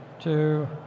two